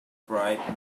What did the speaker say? bribe